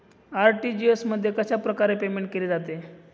RTGS मध्ये कशाप्रकारे payment केले जाते?